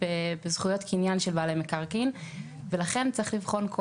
בזכויות קניין של בעלי מקרקעין ולכן צריך לבחון כל